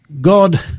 God